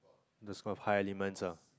the school of high elements ah